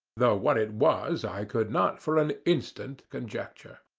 though what it was i could not for an instant conjecture.